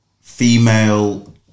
female